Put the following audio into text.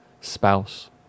spouse